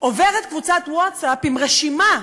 עוברת קבוצת ווטסאפ עם רשימה,